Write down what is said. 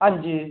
हांजी